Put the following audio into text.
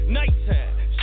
nighttime